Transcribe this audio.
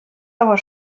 aber